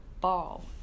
ball